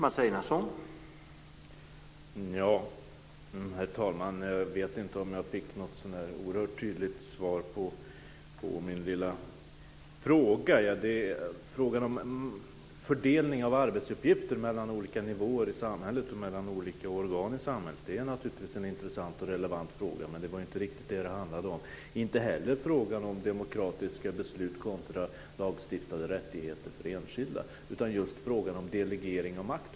Herr talman! Jag vet inte om jag fick något så där oerhört tydligt svar på min fråga. Frågan om fördelningen av arbetsuppgifter mellan olika nivåer i samhället och mellan olika organ i samhället är naturligtvis intressant och relevant, men det var inte riktigt detta det handlade om. Det handlade inte heller om demokratiska beslut kontra lagstiftade rättigheter för enskilda utan just om frågan om delegering av makt.